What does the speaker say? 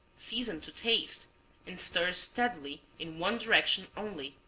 season to taste and stir steadily in one direction only,